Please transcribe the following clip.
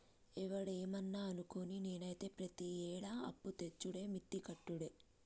ఒవడేమన్నా అనుకోని, నేనైతే ప్రతియేడూ అప్పుతెచ్చుడే మిత్తి కట్టుడే